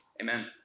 Amen